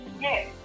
Yes